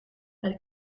het